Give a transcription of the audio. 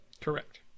Correct